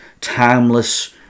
Timeless